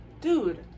dude